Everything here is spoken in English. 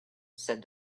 said